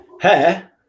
Hair